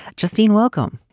justine, welcome.